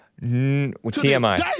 TMI